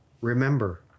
remember